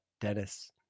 dennis